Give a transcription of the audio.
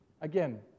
again